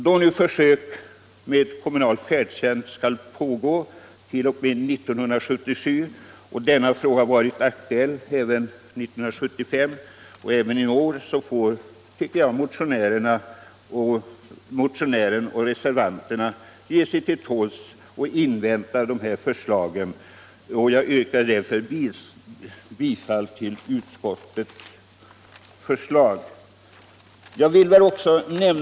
Då nu försök med kommunal färdtjänst skall pågå t.o.m. 1977 och frågan varit aktuell under 1975 och 1976 får motionären och reservanterna ge sig till tåls och invänta förslagen. Jag yrkar därför bifall till utskottets förslag.